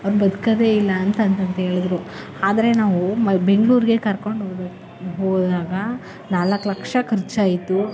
ಅವ್ರು ಬದ್ಕೋದೆ ಇಲ್ಲ ಅಂತ ಅಂತ ಹೇಳಿದ್ರು ಆದರೆ ನಾವು ಮೈ ಬೆಂಗ್ಳೂರಿಗೆ ಕರ್ಕೊಂಡೋಗ್ಬೇಕು ಹೋದಾಗ ನಾಲ್ಕು ಲಕ್ಷ ಖರ್ಚಾಯಿತು